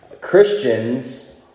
Christians